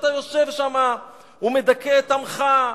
כשאתה יושב שם ומדכא את עמך,